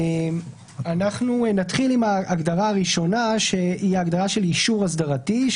אנחנו נתחיל עם ההגדרה הראשונה שהיא הגדרה של "אישור אסדרתי".